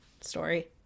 story